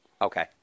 Okay